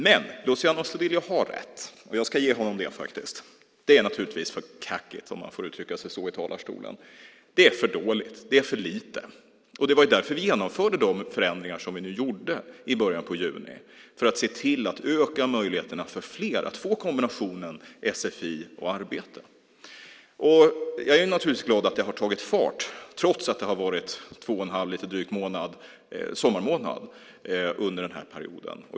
Men jag ska ge Luciano Astudillo rätt i att det naturligtvis är för kackigt - om man får uttrycka sig så i talarstolen - för dåligt, för lite. Det var därför vi genomförde de förändringar vi gjorde i början av juni för att se till att öka möjligheterna för fler att få kombinationen sfi och arbete. Jag är naturligtvis glad att det har tagit fart, trots att det har varit drygt två och en halv sommarmånad under den här perioden.